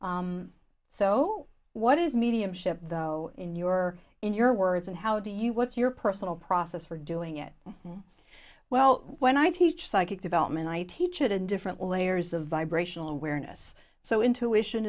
so what is mediumship though in your in your words and how do you what's your personal process for doing it well when i teach psychic development i teach it in different layers of vibrational awareness so intuition